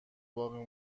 باقی